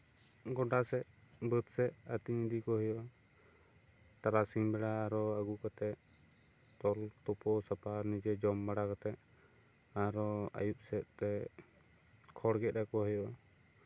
ᱜᱚᱰᱟ ᱥᱮᱜ ᱵᱟᱹᱫ ᱥᱮᱜ ᱟᱛᱤᱧ ᱤᱫᱤ ᱠᱚ ᱦᱩᱭᱩᱜᱼᱟ ᱛᱟᱨᱟᱥᱤᱧ ᱵᱮᱲᱟ ᱟᱨᱚ ᱟᱜᱩ ᱠᱟᱛᱮᱜ ᱛᱚᱞ ᱛᱩᱯᱩ ᱥᱟᱯᱷᱟ ᱱᱤᱡᱮ ᱡᱚᱢ ᱵᱟᱲᱟ ᱠᱟᱛᱮ ᱟᱨᱚ ᱟᱭᱩᱵ ᱥᱮᱜ ᱛᱮ ᱠᱷᱚᱲ ᱜᱮᱛ ᱟᱠᱚ ᱦᱩᱭᱩᱜᱼᱟ